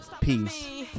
peace